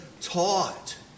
taught